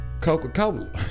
Coca-Cola